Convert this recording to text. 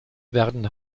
werden